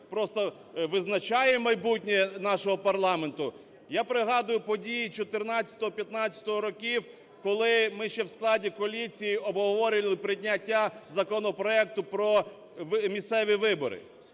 просто визначає майбутнє нашого парламенту. Я пригадую події 2014-2015 років, коли ми ще в складі коаліції обговорювали прийняття законопроекту про місцеві вибори.